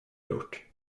gjort